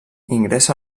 ingressa